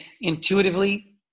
intuitively